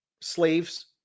slaves